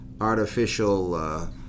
artificial